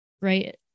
right